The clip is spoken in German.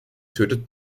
tötet